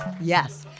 Yes